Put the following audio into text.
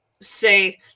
say